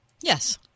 Yes